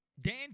Dan